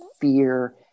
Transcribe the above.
fear